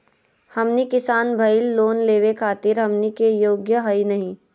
हमनी किसान भईल, लोन लेवे खातीर हमनी के योग्य हई नहीं?